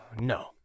no